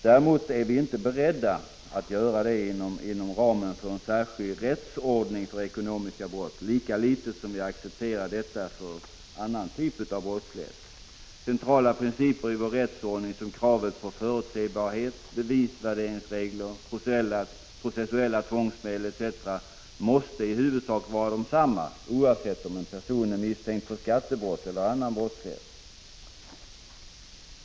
Däremot är vi inte beredda att göra detta inom ramenfören GG, GA särskild rättsordning för ekonomiska brott lika litet som vi accepterar detta för annan typ av brottslighet. Centrala principer i vår rättsordning som kravet på förutsebarhet, bevisvärderingsregler, processuella tvångsmedel etc. måste i huvudsak vara desamma oavsett om en person är misstänkt för skattebrott eller annan brottslighet.